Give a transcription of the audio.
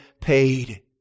paid